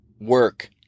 work